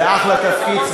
זה אחלה תפקיד,